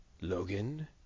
Logan